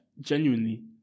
genuinely